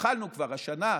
התחלנו כבר השנה,